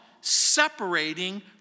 separating